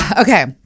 Okay